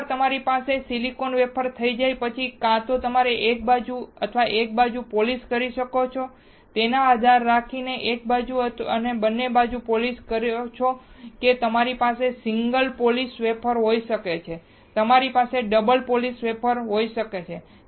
એકવાર તમારી પાસે સિલિકોન વેફર થઈ જાય પછી તમે કાં તો એક બાજુ એક બાજુ પોલિશ કરી શકો છો તેના પર આધાર રાખીને તમે એક બાજુ અથવા બંને બાજુ પોલિશ્ડ કરો છે કે તમારી પાસે સિંગલ પોલિશ્ડ વેફર હોઈ શકે છે અથવા તમારી પાસે ડબલ સાઇડેડ પોલિશ્ડ વેફર હોઈ શકે છે